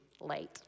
late